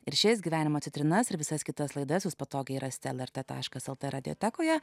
ir šias gyvenimo citrinas ir visas kitas laidas jūs patogiai rasite lrt taškas lt radiotekoje